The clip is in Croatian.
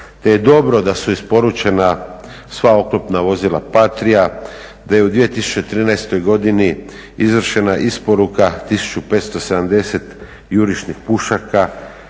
Te je dobro da su isporučena sva oklopna vozila Patria, da je u 2013. godini izvršena isporuka 1570 jurišnih pušaka,